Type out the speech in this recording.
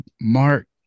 Mark